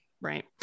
Right